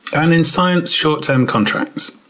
and in science, short-term contracts.